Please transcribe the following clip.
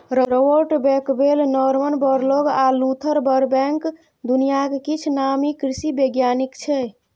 Robert Bakewell, Norman Borlaug आ Luther Burbank दुनियाक किछ नामी कृषि बैज्ञानिक छै